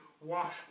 wash